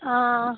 हां